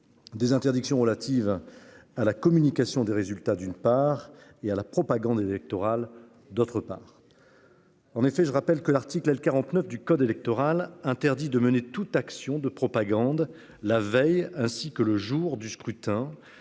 Des interdictions relatives à la communication des résultats d'une part et à la propagande électorale. D'autre part. En effet, je rappelle que l'article L-49 du code électoral interdit de mener toute action de propagande. La veille, ainsi que le jour du scrutin,